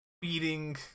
beating